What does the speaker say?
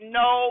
no